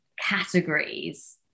categories